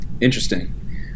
Interesting